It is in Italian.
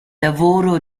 lavoro